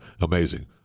Amazing